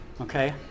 okay